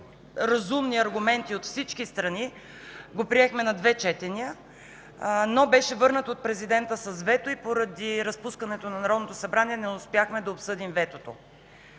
разумни аргументи от всички страни го приехме на две четения, но беше върнат от президента с вето и поради разпускане на Народното събрание не успяхме да обсъдим ветото.